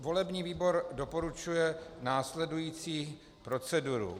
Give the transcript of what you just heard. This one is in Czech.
Volební výbor doporučuje následující proceduru.